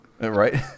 Right